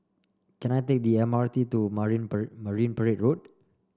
can I take the M R T to Marine Marine Parade Road